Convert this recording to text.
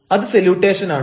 അത് സല്യൂട്ടേഷനാണ്